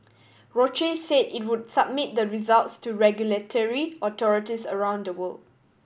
Roche say it would submit the results to regulatory authorities around the world